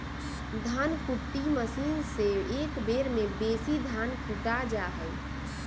धन कुट्टी मशीन से एक बेर में बेशी धान कुटा जा हइ